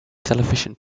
television